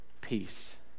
peace